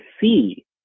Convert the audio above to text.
see